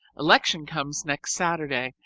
election comes next saturday,